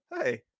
hey